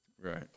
Right